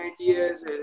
ideas